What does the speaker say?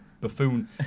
buffoon